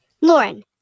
Lauren